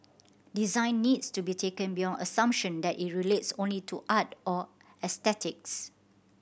design needs to be taken beyond the assumption that it relates only to art or aesthetics